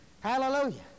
Hallelujah